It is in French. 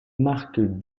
marque